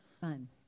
Fun